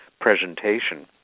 presentation